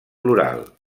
plural